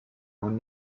own